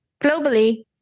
globally